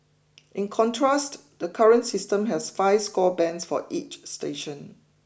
in contrast the current system has five score bands for each station